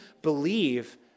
believe